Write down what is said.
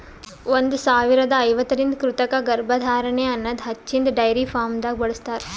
ಒಂದ್ ಸಾವಿರದಾ ಐವತ್ತರಿಂದ ಕೃತಕ ಗರ್ಭಧಾರಣೆ ಅನದ್ ಹಚ್ಚಿನ್ದ ಡೈರಿ ಫಾರ್ಮ್ದಾಗ್ ಬಳ್ಸತಾರ್